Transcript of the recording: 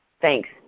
Thanks